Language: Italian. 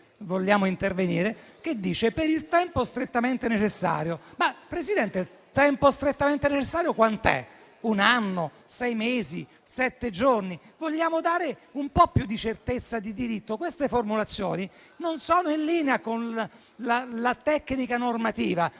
vogliamo intervenire - che dice «per il tempo strettamente necessario». Signor Presidente, quanto è il tempo strettamente necessario? Un anno, sei mesi, sette giorni? Vogliamo dare un po' più di certezza di diritto? Queste formulazioni non sono in linea con la tecnica normativa,